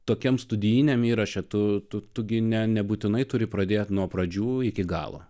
tokiam studijiniam įraše tu tu tu gi ne nebūtinai turi pradėti nuo pradžių iki galo